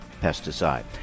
pesticide